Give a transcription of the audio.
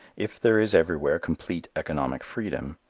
if there is everywhere complete economic freedom,